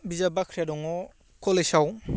बिजाब बाख्रिआ दङ कलेजआव